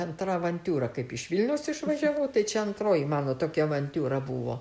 antra avantiūra kaip iš vilniaus išvažiavau tai čia antroji mano tokia avantiūra buvo